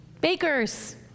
bakers